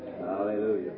Hallelujah